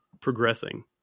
progressing